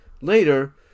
later